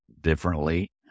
differently